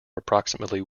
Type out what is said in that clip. approximately